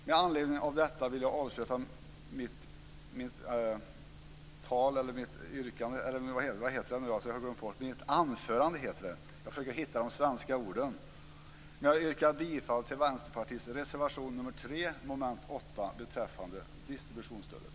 Med anledning av detta vill jag avsluta mitt anförande med yrka bifall till Vänsterpartiets reservation nr 3 under mom. 8 beträffande distributionsstödet.